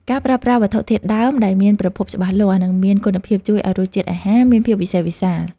ការប្រើប្រាស់វត្ថុធាតុដើមដែលមានប្រភពច្បាស់លាស់ និងមានគុណភាពជួយឱ្យរសជាតិអាហារមានភាពវិសេសវិសាល។